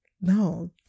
no